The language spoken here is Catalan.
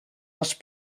les